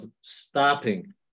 stopping